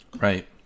right